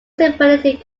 municipality